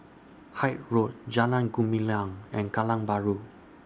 Hythe Road Jalan Gumilang and Kallang Bahru